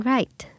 Right